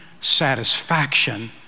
satisfaction